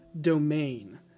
domain